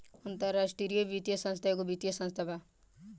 अन्तराष्ट्रिय वित्तीय संस्था एगो वित्तीय संस्था बा